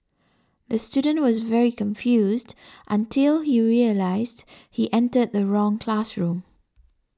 the student was very confused until he realised he entered the wrong classroom